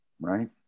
right